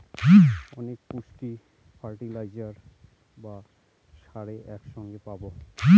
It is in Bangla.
অনেক পুষ্টি ফার্টিলাইজার বা সারে এক সঙ্গে পাবো